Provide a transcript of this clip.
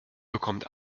bekommt